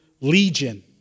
Legion